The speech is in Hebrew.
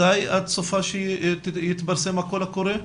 מתי את צופה שיתפרסם הקול הקורא?